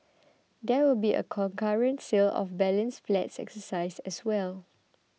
there will be a concurrent sale of balance flats exercise as well